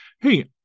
hey